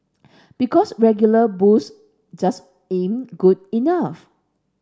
because regular booze just ain't good enough